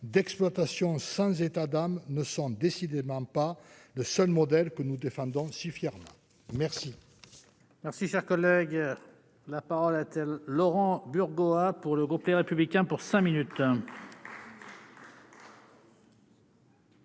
d'exploitation sans état d'âme ne sont décidément pas le seul modèle que nous défendons si fièrement merci.